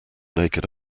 naked